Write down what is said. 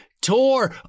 Tour